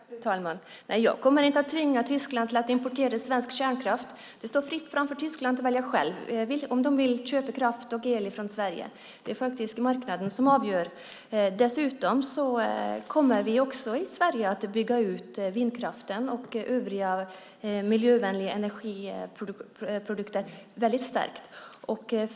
Fru talman! Nej, jag kommer inte att tvinga Tyskland att importera svensk kärnkraft. Det är fritt fram för Tyskland att välja själv om man vill köpa kraft och el från Sverige. Det är faktiskt marknaden som avgör. Dessutom kommer vi i Sverige att bygga ut vindkraften och övrig miljövänlig energiproduktion väldigt starkt.